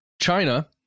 China